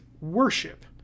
worship